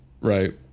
Right